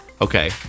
Okay